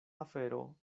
afero